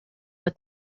what